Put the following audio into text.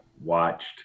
watched